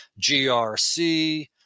GRC